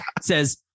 says